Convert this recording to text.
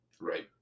Right